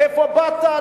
מאיפה באת,